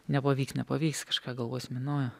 nepavyks nepavyks kažką galvosime naujo